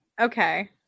Okay